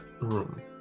room